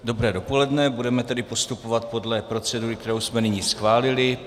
Dobré dopoledne, budeme tedy postupovat podle procedury, kterou jsme nyní schválili.